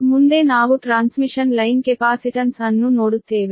ಆದ್ದರಿಂದ ಮುಂದೆ ನಾವು ಟ್ರಾನ್ಸ್ಮಿಷನ್ ಲೈನ್ ಕೆಪಾಸಿಟನ್ಸ್ ಅನ್ನು ನೋಡುತ್ತೇವೆ